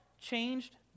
changed